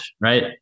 right